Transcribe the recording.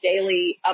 daily